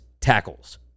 tackles